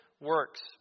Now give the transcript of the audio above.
works